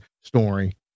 story